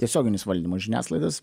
tiesioginis valdymas žiniasklaidos